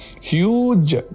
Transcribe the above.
huge